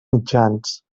mitjans